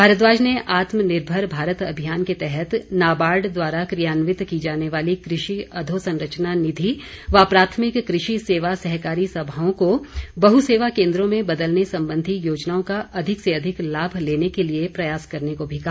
भारद्वाज ने आत्मनिर्भर भारत अभियान के तहत नाबार्ड द्वारा कियान्वित की जाने वाली कृषि अधोसंरचना निधि व प्राथमिक कृषि सेवा सहकारी सभाओं को बहसेवा केंद्रों में बदलने संबंधी योजनाओं का अधिक से अधिक लाभ लेने के लिए प्रयास करने को भी कहा